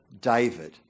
David